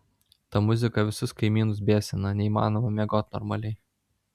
ta muzika visus kaimynus biesina neįmanoma miegot normaliai